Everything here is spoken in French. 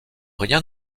rien